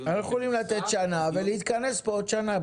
אנחנו יכולים לתת שנה ולהתכנס כאן בעוד שנה.